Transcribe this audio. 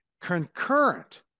concurrent